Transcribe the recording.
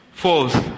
False